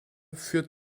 führt